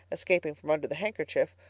escaping from under the handkerchief,